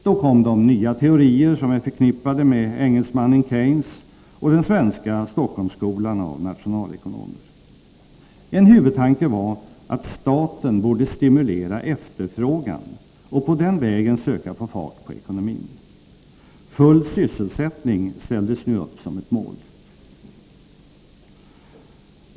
Då kom de nya teorier som är förknippade med engelsmannen Keynes och den svenska Stockholmsskolan av nationalekonomer. En huvudtanke var att staten borde stimulera efterfrågan och på den vägen söka få fart på ekonomin. Full sysselsättning ställdes nu upp som ett mål.